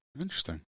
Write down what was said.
Interesting